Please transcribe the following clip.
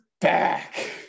back